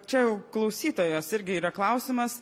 čia jau klausytojos irgi yra klausimas